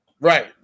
Right